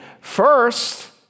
First